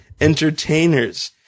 entertainers